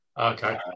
Okay